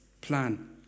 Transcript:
plan